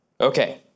Okay